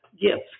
gifts